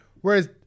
Whereas